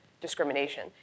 discrimination